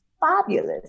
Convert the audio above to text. fabulous